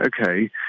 okay